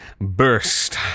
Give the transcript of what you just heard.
burst